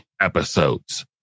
episodes